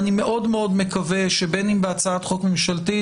אני מאוד מקווה שבין אם בהצעת חוק ממשלתית